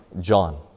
John